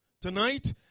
Tonight